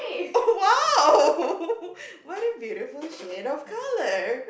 oh !wow! what a beautiful shade of color